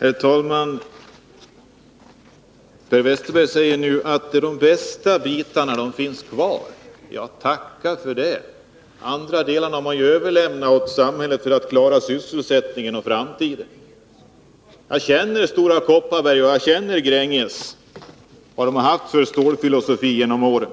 Herr talman! Per Westerberg säger att de bästa bitarna finns kvar i privat ägo. Ja, tacka för det! De andra delarna har man ju överlämnat åt samhället för att man skall klara sysselsättningen och framtiden. Jag känner Stora Kopparberg, och jag känner Gränges. Jag vet vad de har haft för stålfilosofi genom åren.